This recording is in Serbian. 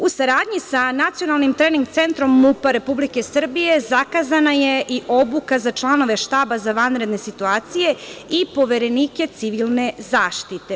U saradnji sa Nacionalnim trening centrom MUP-a Republike Srbije, zakazana je i obuka za članove štaba za vanredne situacije i poverenike civilne zaštite.